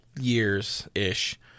years-ish